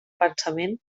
pensament